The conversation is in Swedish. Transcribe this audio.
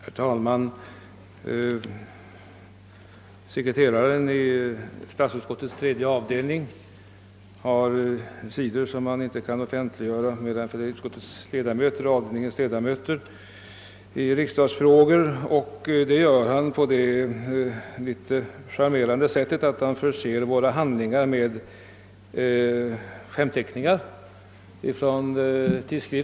Herr talman! Sekreteraren i statsutskottets tredje avdelning har ibland synpunkter på frågorna som han inte offentliggör för andra än avdelningens ledamöter. Han uttrycker dem genom den charmerande vanan att förse handlingarna med skämtteckningar ur tidningar.